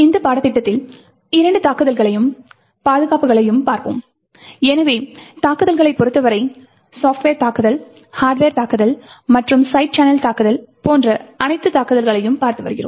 இந்த பாடத்திட்டத்தில் நாம் இரண்டு தாக்குதல்களையும் பாதுகாப்புகளையும் பார்ப்போம் எனவே தாக்குதல்களைப் பொறுத்தவரை சாப்ட்வேர் தாக்குதல் ஹார்ட்வர் தாக்குதல் மற்றும் சைட் சேனல் தாக்குதல்கள் போன்ற அனைத்து தாக்குதல்களையும் பார்த்து வருகிறோம்